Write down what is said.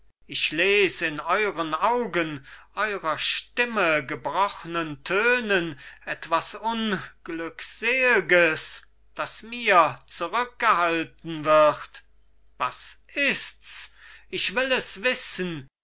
ich les in euren augen eurer stimme gebrochnen tönen etwas unglücksel'ges das mir zurückgehalten wird was ist's ich will es wissen